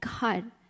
god